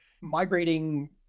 migrating